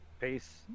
Peace